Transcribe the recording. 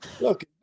Look